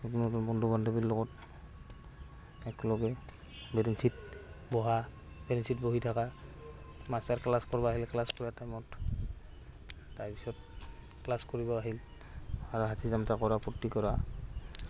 বন্ধু বান্ধৱীৰ লগত একেলগে বেঞ্চিত বহা বেঞ্চিত বহি থাকা মাষ্টৰে ক্লাছ কৰব আহিলে ক্লাছ কৰা টাইমত তাৰপিছত ক্লাছ কৰিব আহিল হাঁহি তামচা কৰা ফুৰ্ত্তি কৰা